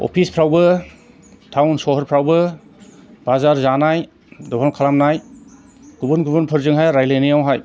अफिसफ्रावबो town सहरफ्रावबो बाजार जानाय दखान खालामनाय गुबुन गुबुनफोरजोंहाय रायज्लायनायावहाय